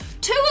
two